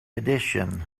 edition